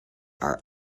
are